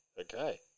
Okay